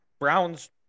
Browns